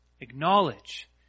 Acknowledge